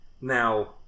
Now